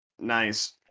Nice